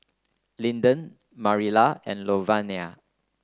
Linden Marilla and Lavonia